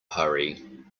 hurry